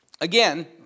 again